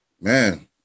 man